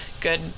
good